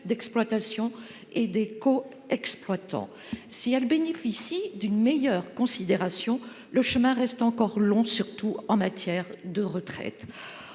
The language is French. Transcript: d'exploitation et des co-exploitants. Si les femmes bénéficient d'une meilleure considération, le chemin reste encore long, surtout en matière de retraite.